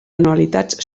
anualitats